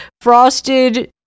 frosted